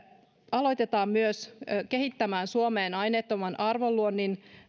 aletaan myös kehittämään suomeen aineettoman arvonluonnin